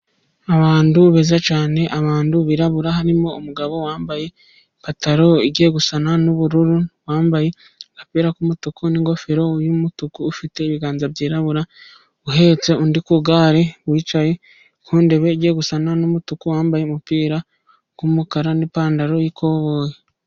Abantu beza cyane, abantu birabura harimo umugabo wambaye ipantaro igiye gusa n'ubururu, wambaye agapira k'umutuku n'ingofero y'umutuku. Ufite ibiganza byirabura uhetse undi ku igare wicaye k'undebe ugiye gusa n'umutuku' wambaye umupira w'umukara n'ipantaro.